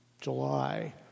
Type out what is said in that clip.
July